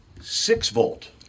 six-volt